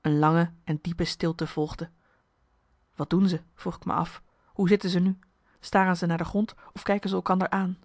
een lange en diepe stilte volgde wat doen ze vroeg ik me af hoe zitten ze nu staren ze naar de grond of kijken ze elkander aan